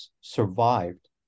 survived